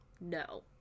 No